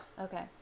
Okay